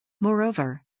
Moreover